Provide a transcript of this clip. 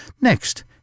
Next